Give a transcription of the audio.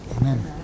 Amen